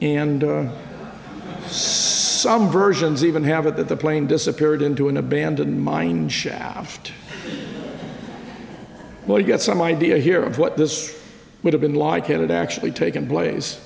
and some versions even have it that the plane disappeared into an abandoned mine shaft well you get some idea here of what this would have been like had it actually taken place